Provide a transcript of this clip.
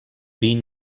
vinyes